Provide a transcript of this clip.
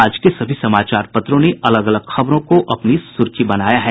आज के सभी समाचार पत्रों ने अलग अलग खबरों को अपनी सुर्खी बनाया है